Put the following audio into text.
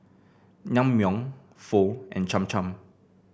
Naengmyeon Pho and Cham Cham